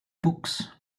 books